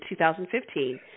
2015